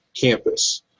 campus